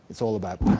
it's all about